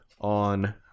on